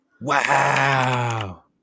wow